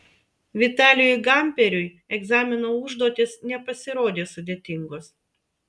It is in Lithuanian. vitalijui gamperiui egzamino užduotys nepasirodė sudėtingos